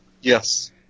Yes